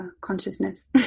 consciousness